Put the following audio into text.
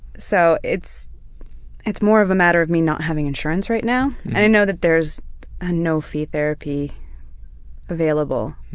so it's it's more of a matter of me not having insurance right now, and i know that there's ah no-fee therapy available.